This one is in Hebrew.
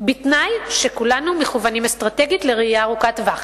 בתנאי שכולנו מכוונים אסטרטגית לראייה ארוכת טווח.